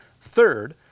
Third